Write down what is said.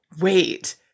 wait